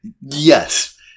Yes